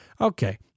okay